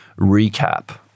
recap